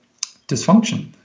dysfunction